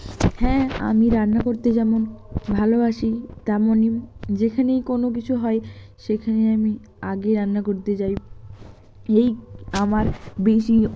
হ্যা আমি রান্না করতে যেমন ভালোবাসি তেমনই যেখানেই কোনো কিছু হয় সেখানে আমি আগে রান্না করতে যাই এই আমার বেশি